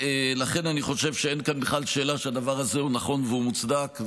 ולכן אני חושב שאין כאן בכלל שאלה שהדבר הזה הוא נכון והוא מוצדק,